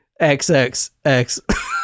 XXX